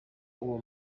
uwo